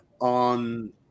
on